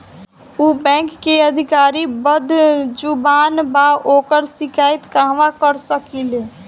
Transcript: उ बैंक के अधिकारी बद्जुबान बा ओकर शिकायत कहवाँ कर सकी ले